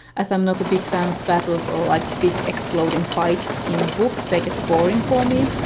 as i'm not a big fan of battles or like big exploding fights in books, they get boring for me.